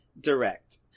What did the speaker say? direct